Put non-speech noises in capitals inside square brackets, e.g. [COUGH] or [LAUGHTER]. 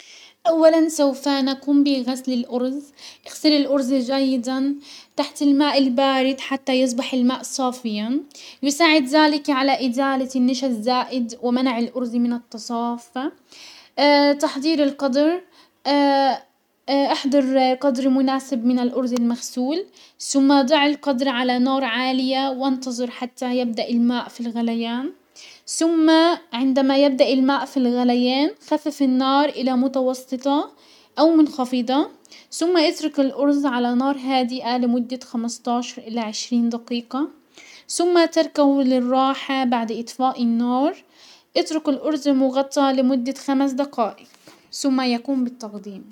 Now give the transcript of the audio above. اولا سوف نقوم بغسل الارز، اغسلي الارز جيدا تحت الماء البارد حتى يصبح الماء صافيا. يساعد زلك على ازالة النشا الزائد ومنع الارز من التصاف، [HESITATION] تحضير القدر، [HESITATION] احضر قدر مناسب من الارز المغسول، سم ضعي القدر على نار عالية وانتظر حتى يبدأ الماء في الغليان، ثم عندما يبدأ الماء في الغليان خفف النار الى متوسطة او منخفضة، ثم يسلق الارز على نار هادئة لمدة خمستاشر الى عشرين دقيقة، سم تركه للراحة بعد اطفاء النار. اترك الارز مغطى لمدة خمس دقائق، سم يقوم بالتقديم.